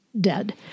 dead